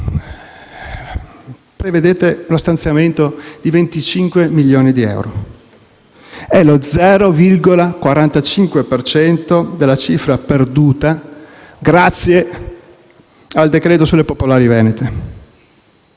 prevedete lo stanziamento di 25 milioni di euro. È lo 0,45 per cento della cifra perduta grazie al decreto sulle popolari venete.